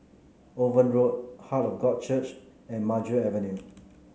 Owen Road Heart of God Church and Maju Avenue